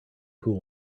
pool